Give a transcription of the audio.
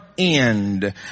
End